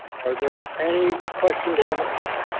are there any questions on the